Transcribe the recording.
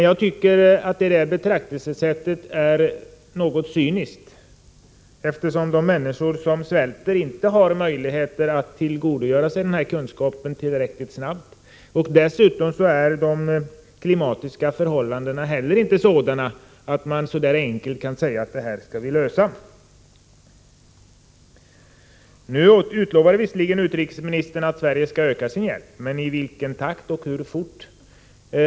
Jag tycker att detta betraktelsesätt är något cyniskt, eftersom de människor som svälter inte har möjligheter att tillgodogöra sig denna kunskap tillräckligt snabbt. Dessutom är inte heller de klimatiska förhållandena sådana att man så där enkelt kan säga att vi skall lösa detta. Nu utlovade visserligen utrikesministern att Sverige skall öka sin hjälp, men i vilken takt, och hur fort?